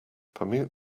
permute